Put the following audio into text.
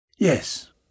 Yes